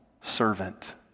servant